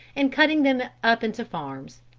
and cutting them up into farms.